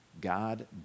God